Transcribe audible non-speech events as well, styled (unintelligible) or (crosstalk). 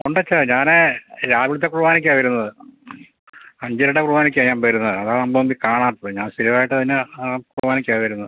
ഉണ്ട് അച്ഛാ ഞാൻ രാവിലെത്തെ കുർബാനയ്ക്കാണ് വരുന്നത് അഞ്ചരയുടെ കുർബാനയ്ക്കാണ് ഞാൻ വരുന്നത് അതാണ് (unintelligible) കാണാത്തത് ഞാൻ സ്ഥിരമായിട്ടതിന് ആ കുർബാനയ്ക്കാണ് വരുന്നത്